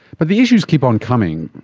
but the issues keep on coming,